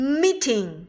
meeting